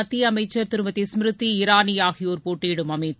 மத்திய அமைச்சர் திருமதி ஸ்மிருதி இரானி ஆகியோர் போட்டியிடும் அமேதி